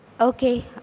Okay